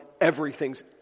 everything's